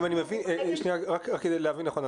רק כדי להבין נכון,